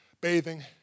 bathing